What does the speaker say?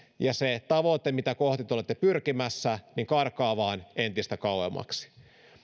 ja se tavoite mitä kohti te olette pyrkimässä karkaa vain entistä kauemmaksi